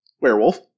werewolf